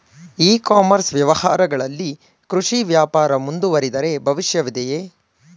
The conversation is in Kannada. ಇ ಕಾಮರ್ಸ್ ವ್ಯವಹಾರಗಳಲ್ಲಿ ಕೃಷಿ ವ್ಯಾಪಾರ ಮುಂದುವರಿದರೆ ಭವಿಷ್ಯವಿದೆಯೇ?